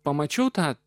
pamačiau tą